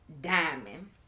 Diamond